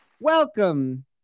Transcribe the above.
Welcome